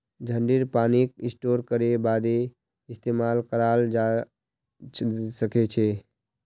झड़ीर पानीक स्टोर करे बादे इस्तेमाल कराल जबा सखछे